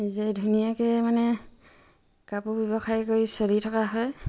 নিজে ধুনীয়াকৈ মানে কাপোৰ ব্যৱসায় কৰি চলি থকা হয়